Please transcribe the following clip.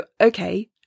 okay